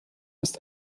ist